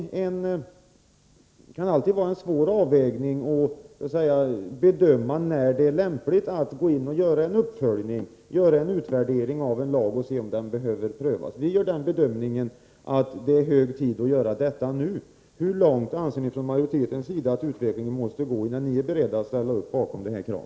Det är alltid en svår avvägning att bedöma när det är lämpligt att göra en utvärdering av en lag och se om den behöver omprövas. Enligt vår mening är det i det här fallet hög tid att göra detta nu. Hur långt anser ni från majoritetens sida att utvecklingen måste gå, innan ni är beredda att ställa upp bakom vårt krav?